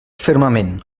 fermament